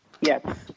Yes